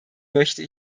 möchte